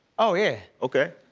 oh, yeah. okay.